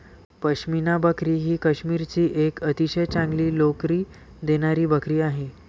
पश्मिना बकरी ही काश्मीरची एक अतिशय चांगली लोकरी देणारी बकरी आहे